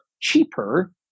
cheaper